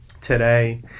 today